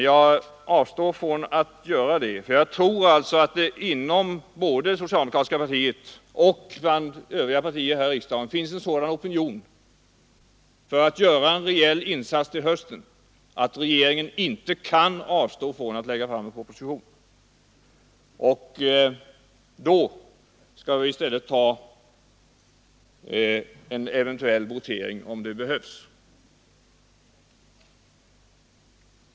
Jag avstår från att göra det; jag tror alltså att det både inom det socialdemokratiska partiet och bland de övriga partierna här i riksdagen finns en sådan opinion för att göra en rejäl insats till hösten att regeringen inte kan avstå från att lägga fram en proposition. Vid den tidpunkten skall vi i stället ta en eventuell votering — om det behövs.